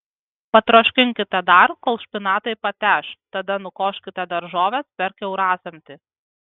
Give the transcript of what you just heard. patroškinkite dar kol špinatai pateš tada nukoškite daržoves per kiaurasamtį